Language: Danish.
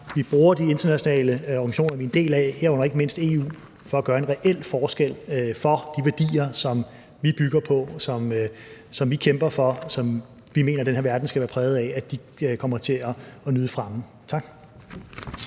vi bruger de internationale organisationer, vi er en del af, herunder ikke mindst EU, for at gøre en reel forskel for de værdier, som vi bygger på, som vi kæmper for, og som vi mener at den her verden skal være præget af, altså for, at de værdier kommer til at nyde fremme. Tak.